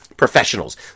professionals